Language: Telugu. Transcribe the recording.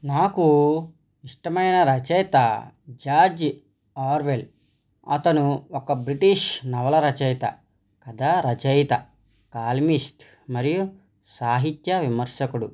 నాకు ఇష్టమైన రచయిత జార్జ్ ఆర్వెల్ అతను ఒక బ్రిటిష్ నవల రచయిత కథా రచయిత కాలమిస్ట్ మరియు సాహిత్య విమర్శకుడు